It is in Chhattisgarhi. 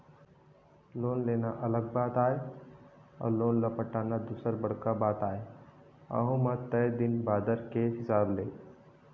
लोन लेना अलग बात आय अउ लोन ल पटाना दूसर बड़का बात आय अहूँ म तय दिन बादर के हिसाब ले